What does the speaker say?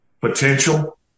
potential